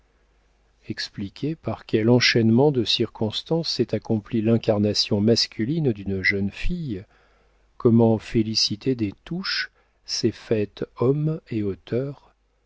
expliquer par quel enchaînement de circonstances s'est accomplie l'incarnation masculine d'une jeune fille comment félicité des touches s'est faite homme et auteur